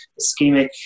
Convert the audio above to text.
ischemic